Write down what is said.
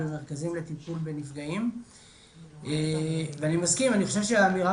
במרכזים לטיפול בנפגעים ואני מסכים אני חושב שאמירה